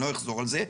אני לא אחזור על זה,